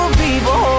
people